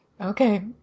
Okay